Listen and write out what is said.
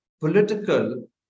political